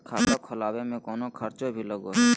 खाता खोलावे में कौनो खर्चा भी लगो है?